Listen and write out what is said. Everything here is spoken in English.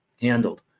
handled